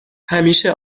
همیشه